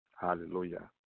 Hallelujah